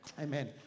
Amen